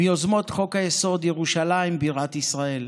מיוזמות חוק-היסוד: ירושלים בירת ישראל,